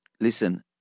listen